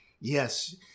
Yes